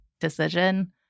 decision